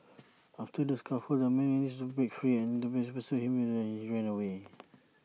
after the scuffle the man managed to break free and the pair pursued him when he ran away